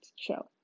show